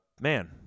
Man